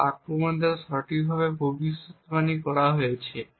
যা আক্রমণ দ্বারা সঠিকভাবে ভবিষ্যদ্বাণী করা হয়েছে